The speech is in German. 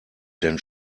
denn